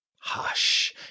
Hush